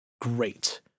great